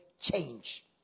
change